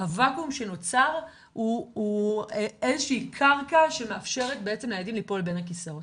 הוואקום שנוצר הוא איזושהי קרקע שמאפשרת לילדים ליפול בין הכיסאות.